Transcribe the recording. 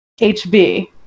HB